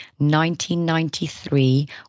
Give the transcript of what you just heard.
1993